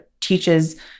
teaches